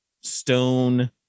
stone